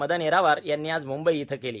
मदन येरावर यांनी आज मंबई इथं केलं